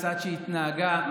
כיצד היא התנהגה לגיור,